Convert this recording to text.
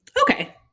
Okay